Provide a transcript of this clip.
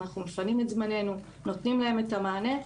אנחנו מפנים את זמננו ונותנים להם את המענה.